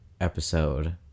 episode